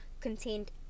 contained